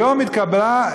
היום התקבלה,